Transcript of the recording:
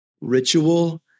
ritual